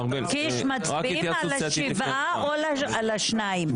מצביעים על השבעה או על השניים?